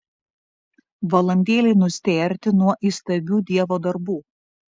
valandėlei nustėrti nuo įstabių dievo darbų